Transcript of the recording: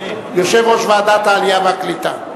יושב-ראש ועדת העלייה והקליטה.